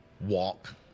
walk